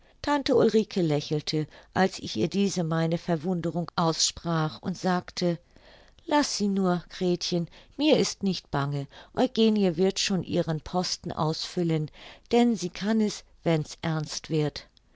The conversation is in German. tante ulrike lächelte als ich ihr diese meine verwunderung aussprach und sagte laß sie nur gretchen mir ist nicht bange eugenie wird schon ihren posten ausfüllen denn sie kann es wenn's ernst wird